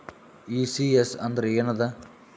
ECS ಅಂದ್ರ ಏನದ?